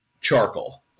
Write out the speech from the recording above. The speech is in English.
charcoal